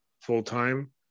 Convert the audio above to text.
full-time